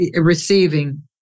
receiving